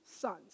sons